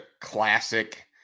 classic